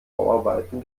bauarbeiten